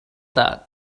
that